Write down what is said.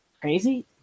crazy